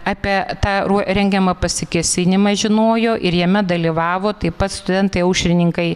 apie tą rengiamą pasikėsinimą žinojo ir jame dalyvavo taip pat studentai aušrininkai